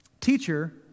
Teacher